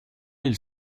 ils